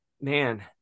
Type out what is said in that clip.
man